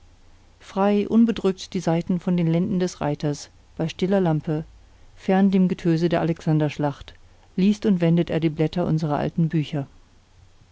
frei unbedrückt die seiten von den lenden des reiters bei stiller lampe fern dem getöse der alexanderschlacht liest und wendet er die blätter unserer alten bücher